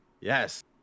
yes